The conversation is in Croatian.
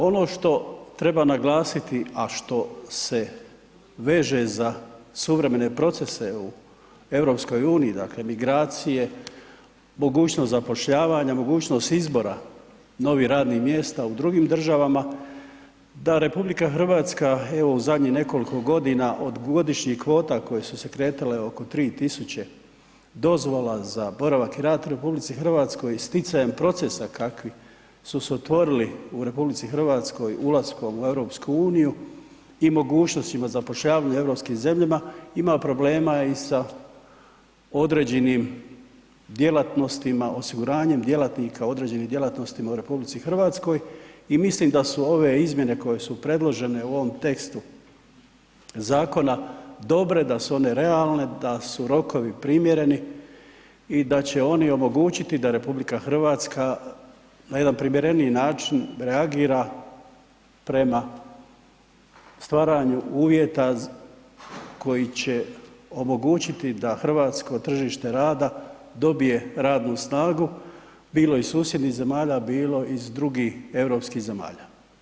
Ono što treba naglasiti, a što se veže za suvremene procese u EU, dakle migracije, mogućnost zapošljavanja, mogućnost izbora novih radnih mjesta u drugim državama, da RH evo u zadnjih nekoliko godina od godišnjih kvota koje su se kretale oko 3.000 dozvola za boravak i rad u RH i sticajem procesa kakvi su se otvorili u RH ulaskom u EU i mogućnostima zapošljavanja u europskim zemljama imali problema i sa određenim djelatnostima, osiguranjem djelatnika određenih djelatnostima u RH i mislim da su ove izmjene koje su predložene u ovom tekstu zakona dobre, da su one realne, da su rokovi primjereni i da će oni omogućiti da RH na jedan primjereniji način reagira prema stvaranju uvjeta koji će omogućiti da hrvatsko tržište rada dobije radnu snagu, bilo iz susjednih zemalja, bilo iz drugih europskih zemalja.